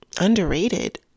underrated